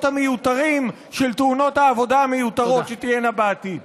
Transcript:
המיותרים של תאונות העבודה המיותרות שתהיינה בעתיד.